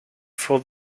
for